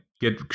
get